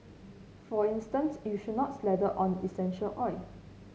for instance you should not slather on essential oil